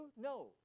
No